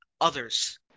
others